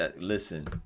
listen